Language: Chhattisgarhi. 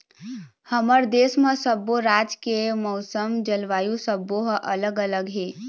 हमर देश म सब्बो राज के मउसम, जलवायु सब्बो ह अलग अलग हे